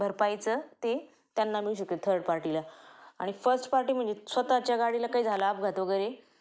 भरपाईचं ते त्यांना मिळू शकतं थर्ड पार्टीला आणि फर्स्ट पार्टी म्हणजे स्वतःच्या गाडीला काही झालं अपघात वगैरे